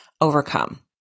overcome